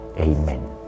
Amen